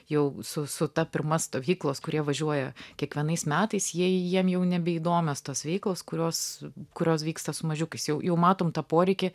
jau su su ta pirma stovyklos kurie važiuoja kiekvienais metais jie jiem jau nebeįdomios tos veiklos kurios kurios vyksta su mažiukais jau jau matom tą poreikį